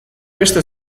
beste